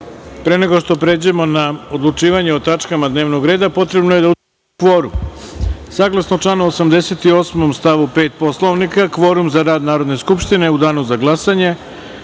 pre nego što pređemo na odlučivanje o tačkama dnevnog reda potrebno je da utvrdimo kvorum. Saglasno članu 88. stav 5. Poslovnika kvorum za rad Narodne skupštine u Danu za glasanje